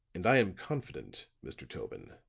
and i am confident, mr. tobin,